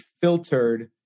filtered